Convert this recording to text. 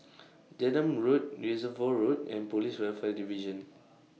Denham Road Reservoir Road and Police Welfare Division